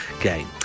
game